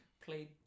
played